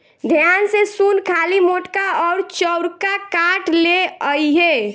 ध्यान से सुन खाली मोटका अउर चौड़का काठ ले अइहे